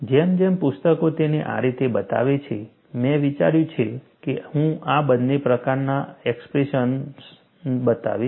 જેમ જેમ પુસ્તકો તેને આ રીતે બતાવે છે મેં વિચાર્યું કે હું આ બંને પ્રકારના એક્સપ્રેશનઓ બતાવીશ